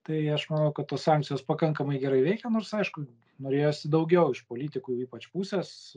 tai aš manau kad tos sankcijos pakankamai gerai veikia nors aišku norėjosi daugiau iš politikų ypač pusės